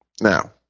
Now